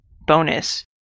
bonus